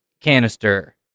canister